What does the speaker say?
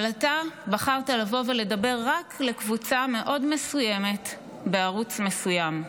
אבל אתה בחרת לבוא ולדבר רק לקבוצה מסוימת מאוד בערוץ מסוים.